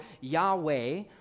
yahweh